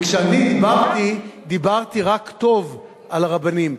כשאני דיברתי, דיברתי רק טוב על הרבנים.